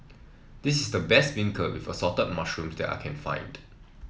this is the best beancurd with assorted mushroom that I can find